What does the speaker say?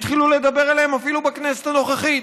התחילו לדבר עליהם אפילו בכנסת הנוכחית.